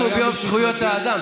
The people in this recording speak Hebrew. מה, אנחנו ביום זכויות האדם.